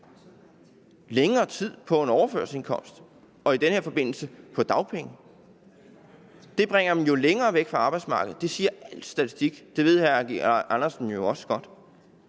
længere tid på en overførselsindkomst og i den her forbindelse på dagpenge. Det bringer dem jo længere væk fra arbejdsmarkedet. Det siger al statistik. Det ved hr. Eigil Andersen jo også godt.